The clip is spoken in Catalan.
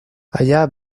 allà